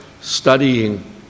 studying